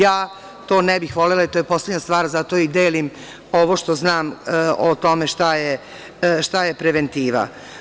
Ja to ne bih volela, to je poslednja stvar zato i delim ovo što znam o tome šta je preventiva.